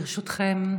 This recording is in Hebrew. ברשותכם.